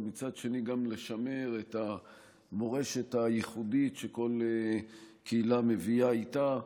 ומצד שני גם לשמר את המורשת הייחודית שכל קהילה מביאה איתה.